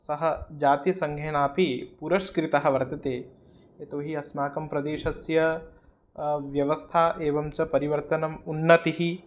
सः जातिसङ्घेनापि पुरस्कृतः वर्तते यतो हि अस्माकं प्रदेशस्य व्यवस्था एवं च परिवर्तनम् उन्नतिः